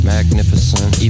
Magnificent